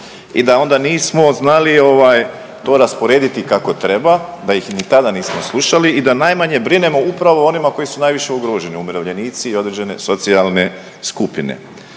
I da onda nismo znali to rasporediti kako treba, da ih ni tada nismo slušali i da najmanje brinemo upravo o onima koji su najviše ugroženi umirovljenici i određene socijalne skupine.